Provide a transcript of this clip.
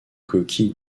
coquille